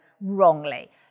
wrongly